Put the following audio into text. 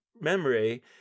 memory